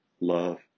love